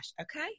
Okay